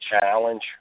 challenge